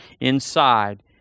inside